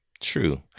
True